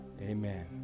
Amen